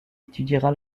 étudiera